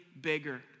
bigger